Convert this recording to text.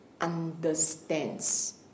understands